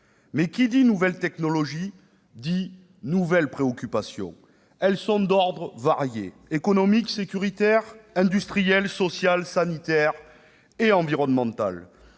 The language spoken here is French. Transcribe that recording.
qui dit « nouvelle technologie » dit « nouvelles préoccupations », et celles-ci sont d'ordre varié : économiques, sécuritaires, industrielles, sociales, sanitaires et environnementales.